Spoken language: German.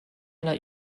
einer